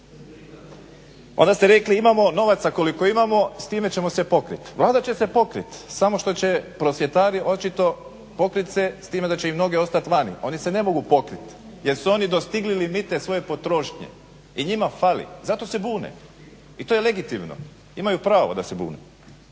Onda ste rekli imamo novaca koliko imamo s time ćemo se pokriti. Vlada će se pokriti samo što će prosvjetari očito pokriti s time da će im noge ostati vani. Oni se ne mogu pokriti jer su oni dostigli … svoje potrošnje i njima fali zato se bune i to je legitimno. Imaju pravo da se bune.